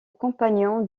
compagnon